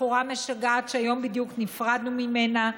בחורה משגעת שהיום בדיוק נפרדנו ממנה,